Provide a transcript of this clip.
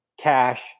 cash